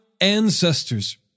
ancestors